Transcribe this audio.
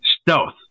Stealth